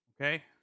okay